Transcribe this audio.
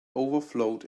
overflowed